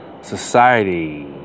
Society